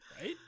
Right